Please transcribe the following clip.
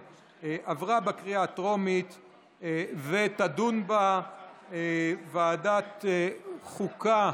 מונופול), התשפ"ב 2022, לוועדת החוקה,